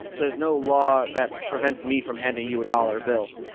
there's no law that prevents me from handing you a dollar bill.